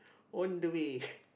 on the way